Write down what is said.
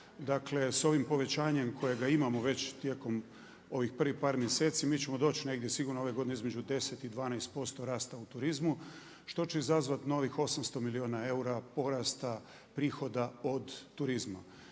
dakle s ovim povećanjem kojega imamo već tijekom ovih prvih par mjeseci mi ćemo doći negdje sigurno ove godine između 10 i 12% rasta u turizmu što će izazvati novih 800 milijuna eura porasta prihoda od turizma.